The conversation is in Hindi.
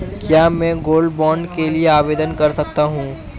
क्या मैं गोल्ड बॉन्ड के लिए आवेदन कर सकता हूं?